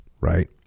right